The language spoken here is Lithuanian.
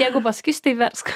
jeigu pasakysiu tai versk